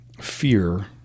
fear